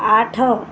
ଆଠ